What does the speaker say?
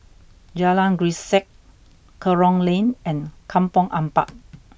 Jalan Grisek Kerong Lane and Kampong Ampat